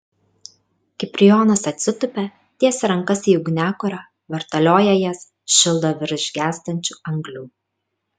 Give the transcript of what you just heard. kiprijonas atsitupia tiesia rankas į ugniakurą vartalioja jas šildo virš gęstančių anglių